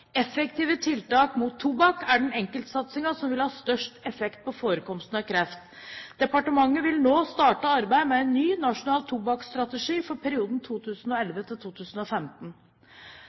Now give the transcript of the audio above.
Effektive tiltak mot tobakk er den enkeltsatsingen som vil ha størst effekt på forekomsten av kreft. Departementet vil nå starte arbeidet med en ny nasjonal tobakksstrategi for perioden 2011–2015. Pasienter som henvises til